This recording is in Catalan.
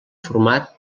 format